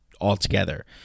altogether